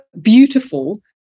beautiful